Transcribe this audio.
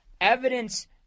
evidence